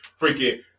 freaking